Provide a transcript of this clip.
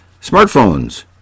smartphones